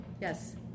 Yes